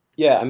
yeah, and